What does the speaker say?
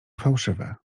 fałszywe